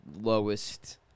lowest